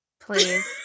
please